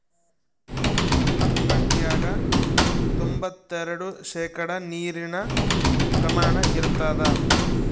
ಕಲ್ಲಂಗಡ್ಯಾಗ ತೊಂಬತ್ತೆರೆಡು ಶೇಕಡಾ ನೀರಿನ ಪ್ರಮಾಣ ಇರತಾದ